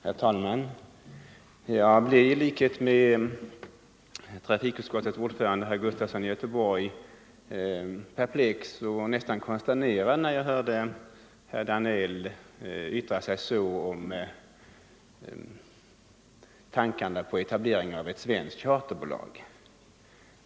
Herr talman! Jag blev i likhet med trafikutskottets ordförande, herr Sven Gustafson i Göteborg, perplex och nästan konsternerad när jag hörde herr Danell yttra sig så om tankarna på etablering av ett svenskt charterbolag.